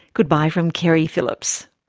goodbye from keri phillips